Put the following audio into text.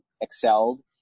excelled